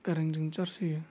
खारेनजों सार्च होयो